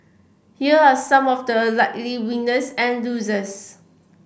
here are some of the likely winners and losers